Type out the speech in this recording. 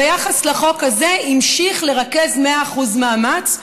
ביחס לחוק הזה המשיך לרכז מאה אחוז מאמץ.